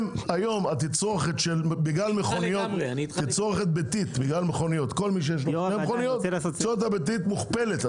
כל מי שיש לו שתי מכוניות, התצרוכת הביתית מוכפלת.